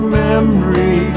memory